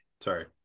Sorry